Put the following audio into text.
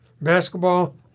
Basketball